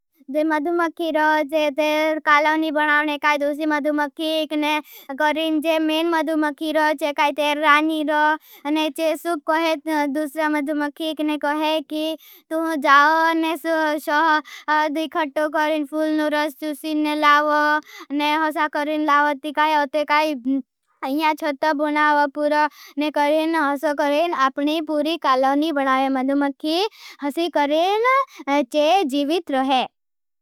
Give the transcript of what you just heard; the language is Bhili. मदुमक्हीरो कालवनी बनावने काई दूसी मदुमक्हीरो कारिण। जे मेन मदुमक्हीरो जे काई तेरानीरो चे। सूप कोहे दूसरा मदुमक्हीरो कोहे की तुहों। जाओ ने शोह दिखटो कारिण फूल नुरस चूसीन ने लावो। आपने पूरी कालवनी बनावे मदुमक्हीरो जे जीवित रहे।